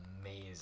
amazing